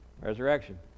Resurrection